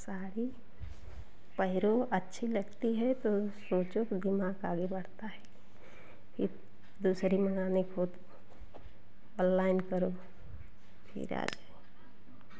साड़ी पहनो अच्छी लगती है तो सोचो तो दिमाग आगे बढ़ता है इ दूसरी मंगाने खुद ऑललाइन करो फ़िर आ जाए